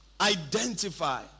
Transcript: identify